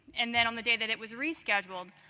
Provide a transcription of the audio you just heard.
and then on the day that it was rescheduled,